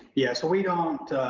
yeah, so we don't,